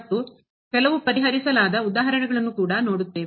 ಮತ್ತು ಕೆಲವು ಪರಿಹರಿಸಲಾದ ಉದಾಹರಣೆಗಳನ್ನು ಕೂಡ ನೋಡುತ್ತೇವೆ